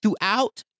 throughout